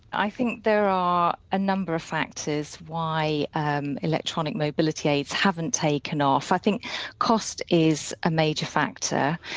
i think there are a number of factors why um electronic mobility aids haven't taken off. i think cost is a major factor.